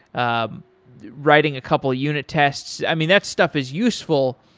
ah writing a couple of unit tests. i mean, that stuff is useful,